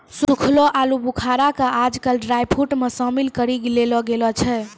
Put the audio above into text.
सूखलो आलूबुखारा कॅ आजकल ड्रायफ्रुट मॅ शामिल करी लेलो गेलो छै